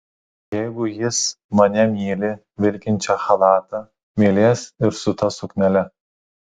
jeigu jis mane myli vilkinčią chalatą mylės ir su ta suknele